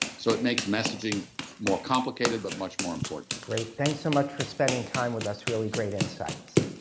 so, it makes messaging more complicated but much more important. great. thanks so much for spending time with us. really great insights.